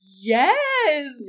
yes